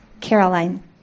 Caroline